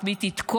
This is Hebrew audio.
את מי תתקוף,